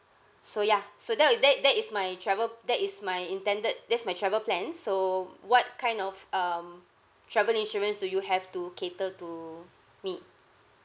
so ya so that wi~ that that is my travel that is my intended that's my travel plans so what kind of um travel insurance do you have to cater to me